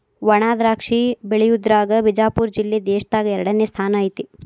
ವಣಾದ್ರಾಕ್ಷಿ ಬೆಳಿಯುದ್ರಾಗ ಬಿಜಾಪುರ ಜಿಲ್ಲೆ ದೇಶದಾಗ ಎರಡನೇ ಸ್ಥಾನ ಐತಿ